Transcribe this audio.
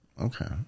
Okay